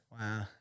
Wow